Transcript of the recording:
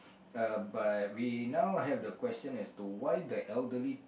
uh but we now have the question is to why the elderly